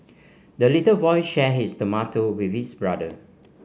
the little boy shared his tomato with his brother